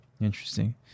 Interesting